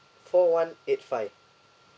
four one eight five